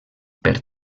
per